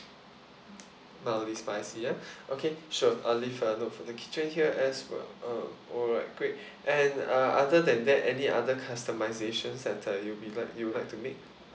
mildly spicy ah okay sure I will leave a note for the kitchen here as well uh alright great and uh other than that any other customisations that uh you'll be like you'd like to make